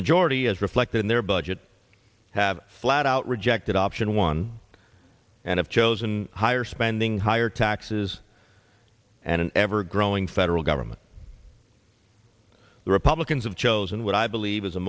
majority as reflected in their budget have flat out rejected option one and have chosen higher spending higher taxes and an ever growing federal government the republicans have chosen what i believe it's a